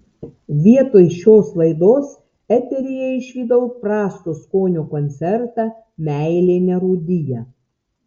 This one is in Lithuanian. vietoj šios laidos eteryje išvydau prasto skonio koncertą meilė nerūdija